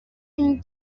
une